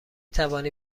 توانی